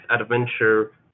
adventure